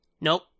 Nope